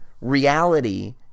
reality